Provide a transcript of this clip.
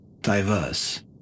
diverse